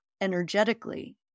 energetically